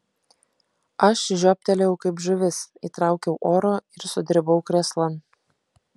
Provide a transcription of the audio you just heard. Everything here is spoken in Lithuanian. aš žioptelėjau kaip žuvis įtraukiau oro ir sudribau krėslan